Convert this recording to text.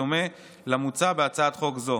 בדומה למוצע בהצעת חוק זו.